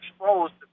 exposed